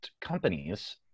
companies